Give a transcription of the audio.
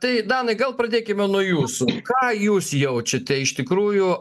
tai danai gal pradėkime nuo jūsų ką jūs jaučiate iš tikrųjų